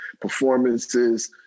performances